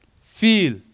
feel